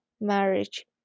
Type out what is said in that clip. marriage